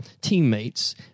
teammates